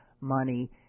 money